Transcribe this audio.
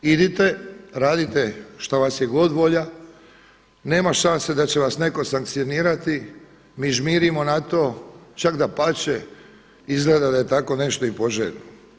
Idite, radite šta god vas je volja, nema šanse da će vas netko sankcionirati, mi žmirimo na to, čak dapače izgleda da je tako nešto i poželjno.